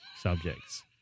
subjects